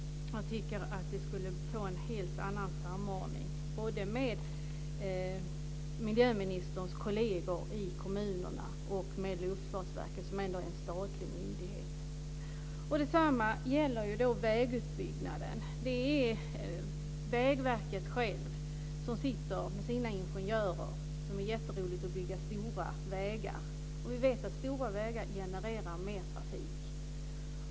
Jag tycker att vi skulle få en helt annan samordning, både med miljöministerns kolleger i kommunerna och med Luftfartsverket, som ändå är en statlig myndighet. Detsamma gäller vägutbyggnaden. Det är Vägverket som sitter med sina ingenjörer som tycker att det är jätteroligt att bygga stora vägar. Och vi vet att stora vägar genererar mer trafik.